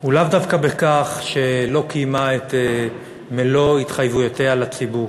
הוא לאו דווקא בכך שלא קיימה את מלוא התחייבויותיה לציבור.